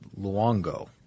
Luongo